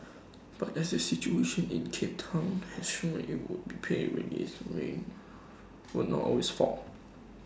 but as the situation in cape Town has shown IT would pay to realise that rain will not always fall